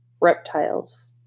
Reptiles